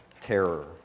terror